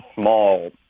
small